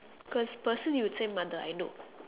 cause person you would say mother I know